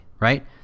Right